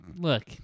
Look